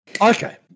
Okay